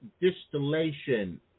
distillation